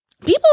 people